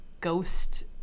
ghost